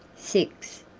six.